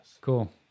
Cool